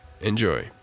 Enjoy